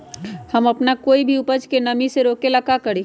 हम अपना कोई भी उपज के नमी से रोके के ले का करी?